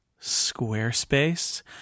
Squarespace